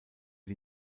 die